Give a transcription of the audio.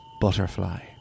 butterfly